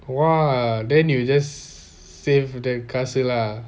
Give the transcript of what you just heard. !wah! then you just save the காசு:kaasu lah